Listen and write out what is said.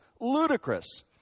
ludicrous